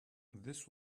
this